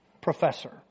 professor